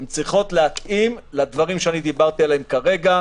הן צריכות להתאים לדברים שדיברתי עליהם כרגע,